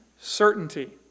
certainty